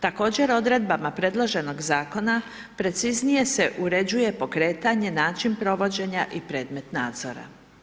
Također odredbama predloženog Zakona preciznije se uređuje pokretanje, način provođenja i predmet nadzora.